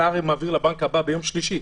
אתה הרי מעביר לבנק הבא ביום שלישי.